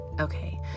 Okay